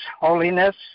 holiness